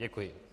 Děkuji.